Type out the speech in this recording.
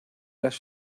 las